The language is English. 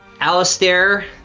Alistair